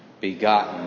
begotten